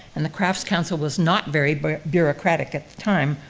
and the crafts council was not very bureaucratic at the time,